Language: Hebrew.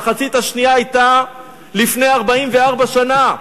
המחצית השנייה היתה לפני 44 שנה.